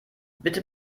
bitte